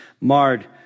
marred